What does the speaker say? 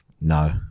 No